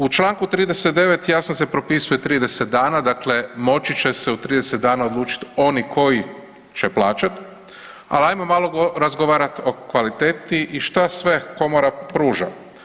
U Članku 39. jasno se propisuje 30 dana, dakle moći će se u 30 dana odlučit oni koji će plaćat, ali ajmo malo razgovarat o kvaliteti i šta sve komora pruža.